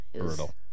Brutal